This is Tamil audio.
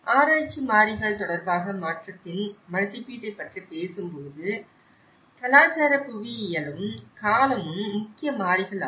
ஆராய்ச்சி மாறிகள் தொடர்பாக மாற்றத்தின் மதிப்பீட்டைப் பற்றி பேசும்போது கலாச்சார புவியியலும் காலமும் முக்கிய மாறிகள் ஆகும்